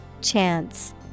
Chance